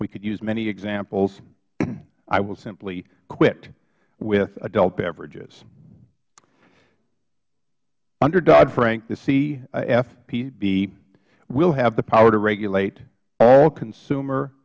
we could use many examples i will simply quit with adult beverages under doddfrank the cfpb will have the power to regulate all consumer